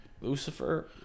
Lucifer